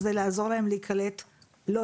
זה אירוע שמדינת ישראל לא